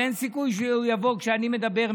ואין סיכוי שהוא יבוא כשאני מדבר,